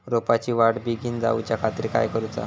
रोपाची वाढ बिगीन जाऊच्या खातीर काय करुचा?